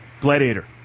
Gladiator